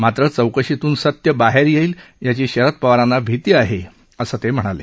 मात्र चौकशीतून सत्य बाहेर येईल याची शरद पवारांना भीती आहे असं ते म्हणाले